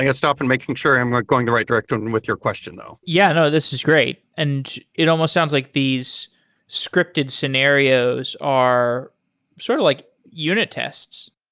yeah stop and make sure i'm like going the right direction with your question though. yeah. no. this is great, and it almost sounds like these scripted scenarios are sort of like unit tests.